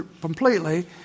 completely